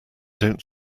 don’t